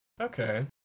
Okay